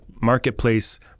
marketplace